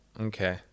Okay